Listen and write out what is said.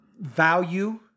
value